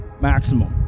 maximum